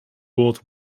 world